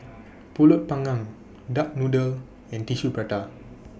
Pulut Panggang Duck Noodle and Tissue Prata